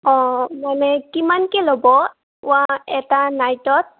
অঁ মানে কিমানকে ল'ব এটা নাইটত